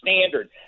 standard